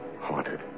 Haunted